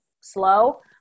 slow